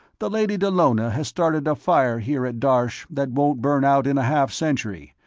the lady dallona has started a fire here at darsh that won't burn out in a half-century,